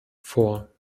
vor